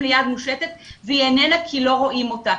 ליד מושטת והיא איננה כי לא רואים אותה.